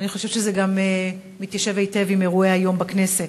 ואני חושבת שזה גם מתיישב היטב עם אירועי היום בכנסת,